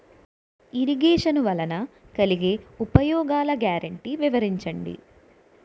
Irrigation వలన కలిగే ఉపయోగాలు గ్యారంటీ వివరించండి?